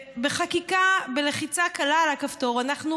בחקיקה, בלחיצה קלה על הכפתור, אנחנו